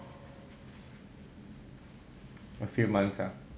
a few months ah